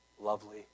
lovely